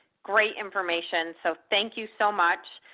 great information, so thank you so much.